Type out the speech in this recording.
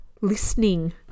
listening